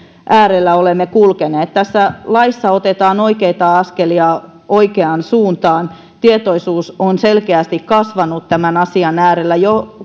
äärellä olemme kulkeneet tässä laissa otetaan oikeita askelia oikeaan suuntaan tietoisuus on selkeästi kasvanut tämän asian äärellä jo